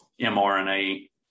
mRNA